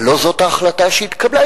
אבל לא זאת ההחלטה שהתקבלה.